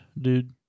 dude